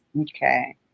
Okay